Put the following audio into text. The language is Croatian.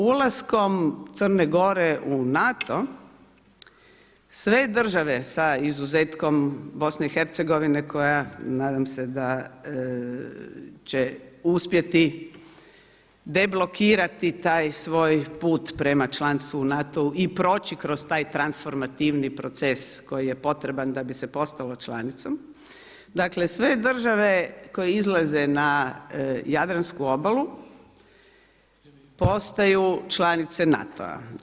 Ulaskom Crne Gore u NATO, sve države sa izuzetkom BiH koja nadam se da će uspjeti deblokirati taj svoj put prema članstvu u NATO-u i proći kroz taj transformativni proces koji je potreban da bi se postalo članicom, dakle sve države koje izlaze na jadransku obalu postaju članice NATO-a.